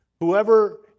Whoever